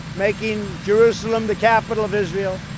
making jerusalem the capital of israel.